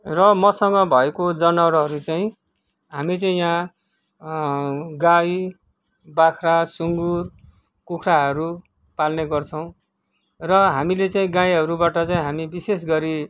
र मसँग भएको जनवारहरू चाहिँ हामी चाहिँ यहाँ गाई बाख्रा सुँगुर कुखुराहरू पाल्ने गर्छौँ र हामीले चाहिँ गाईहरूबाट चाहिँ हामी विशेष गरी